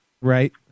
Right